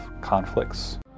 conflicts